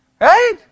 Right